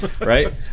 Right